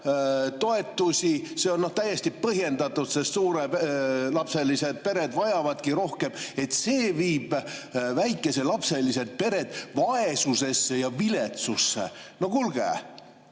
toetusi – see on täiesti põhjendatud, sest suurelapselised pered vajavadki rohkem –, viib väikese laste arvuga pered vaesusesse ja viletsusse? No kuulge!